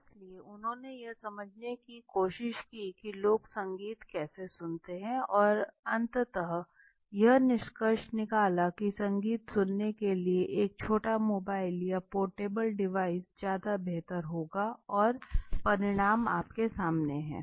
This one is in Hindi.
इसलिए उन्होंने यह समझने की कोशिश कि लोग संगीत कैसे सुनते हैं और अंततः यह निष्कर्ष निकाला की संगीत सुनने के लिए एक छोटा मोबाइल या पोर्टेबल डिवाइस ज्यादा बेहतर होगा और परिणाम आपके सामने है